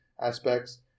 aspects